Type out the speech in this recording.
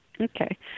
Okay